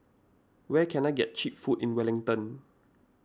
where can I get Cheap Food in Wellington